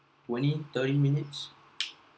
twenty thirty minutes